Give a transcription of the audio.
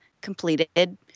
completed